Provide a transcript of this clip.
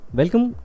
welcome